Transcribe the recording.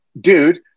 dude